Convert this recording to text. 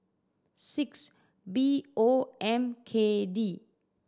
six B O M K D